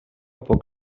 poc